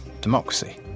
democracy